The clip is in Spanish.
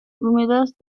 húmedos